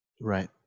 right